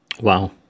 Wow